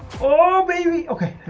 all baby